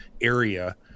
area